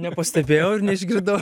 nepastebėjau ir neišgirdau